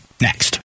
next